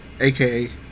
AKA